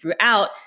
throughout